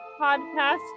podcast